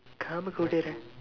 காம கோடு:kaama koodu right